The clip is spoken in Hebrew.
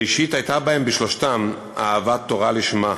ראשית, הייתה בהם, בשלושתם, אהבת תורה לשמה.